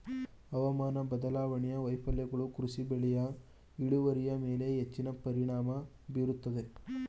ಹವಾಮಾನ ಬದಲಾವಣೆಯ ವೈಫಲ್ಯಗಳು ಕೃಷಿ ಬೆಳೆಯ ಇಳುವರಿಯ ಮೇಲೆ ಹೆಚ್ಚಿನ ಪರಿಣಾಮ ಬೀರುತ್ತದೆ